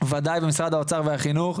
ודאי למשרד האוצר והחינוך.